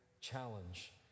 challenge